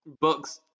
books